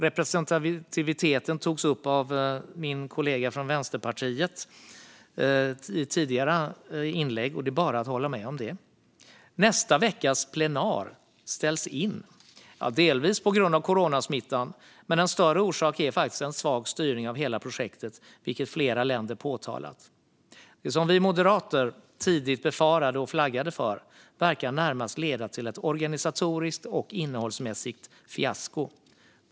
Representativiteten togs upp av min kollega från Vänsterpartiet i ett tidigare inlägg, och det är bara att hålla med om det. Nästa veckas plenarmöte ställs in, delvis på grund av coronasmittan. Men en större orsak är faktiskt en svag styrning av hela projektet, vilket flera länder påtalar. Det som vi moderater tidigt befarade och flaggade för verkar närmast leda till ett organisatoriskt och innehållsmässigt fiasko.